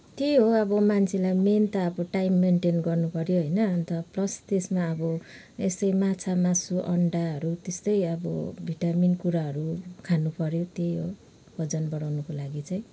त्यही हो अब मान्छेलाई मेन त अब टाइम मेन्टेन गर्नु पऱ्यो होइन अन्त प्लस त्यसमा अब यसै माछा मासु अण्डाहरू त्यस्तै अब भिटामिन कुराहरू खानु पऱ्यो त्यही हो वजन बढाउनुको लागि चाहिँ